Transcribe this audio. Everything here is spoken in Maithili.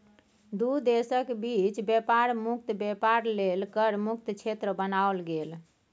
दू देशक बीच बेपार मुक्त बेपार लेल कर मुक्त क्षेत्र बनाओल गेल